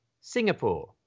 Singapore